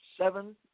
Seven